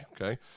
Okay